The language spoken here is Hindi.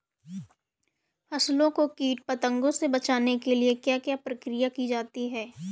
फसलों को कीट पतंगों से बचाने के लिए क्या क्या प्रकिर्या की जाती है?